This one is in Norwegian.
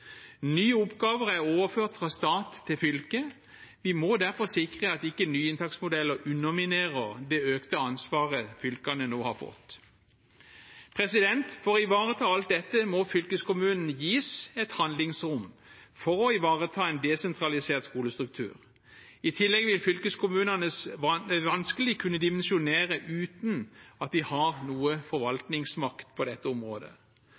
Nye oppgaver er overført fra stat til fylke. Vi må derfor sikre at ikke nye inntaksmodeller underminerer det økte ansvaret fylkene nå har fått. For å ivareta alt dette må fylkeskommunene gis et handlingsrom for å ivareta en desentralisert skolestruktur. I tillegg vil fylkeskommunene vanskelig kunne dimensjonere uten at de har noe forvaltningsmakt på dette området.